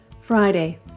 Friday